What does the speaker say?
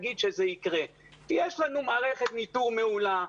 יש לנו מערכת ניטור מעולה,